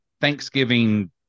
Thanksgiving